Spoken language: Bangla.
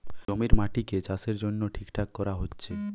জমির মাটিকে চাষের জন্যে ঠিকঠাক কোরা হচ্ছে